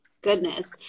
Goodness